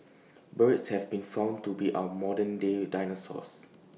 birds have been found to be our modern day dinosaurs